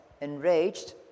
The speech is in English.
enraged